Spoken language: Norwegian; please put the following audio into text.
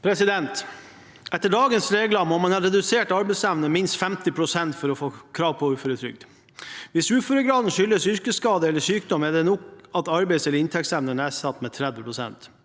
Etter da- gens regler må man ha redusert arbeidsevne med minst 50 pst. for å ha krav på uføretrygd. Hvis uføregraden skyldes yrkesskade eller sykdom, er det nok at arbeidseller inntektsevnen er nedsatt med 30 pst.